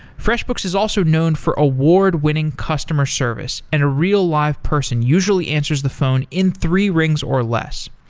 freshbooks is also known for award-winning customer service and a real live person usually answers the phone in three rings or less.